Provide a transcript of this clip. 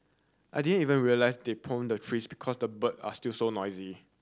I didn't even realise they pruned the trees because the bird are still so noisy